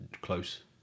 close